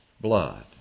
blood